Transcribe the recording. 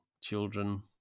children